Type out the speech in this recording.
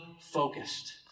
focused